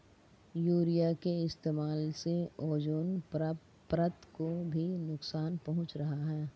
urea के इस्तेमाल से ओजोन परत को भी नुकसान पहुंच रहा है